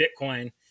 Bitcoin